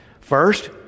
First